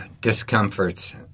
discomforts